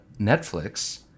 netflix